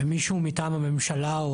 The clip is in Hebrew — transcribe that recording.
ומישהו מטעם הממשלה,